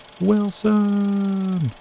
Wilson